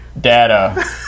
data